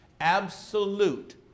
absolute